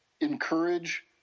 encourage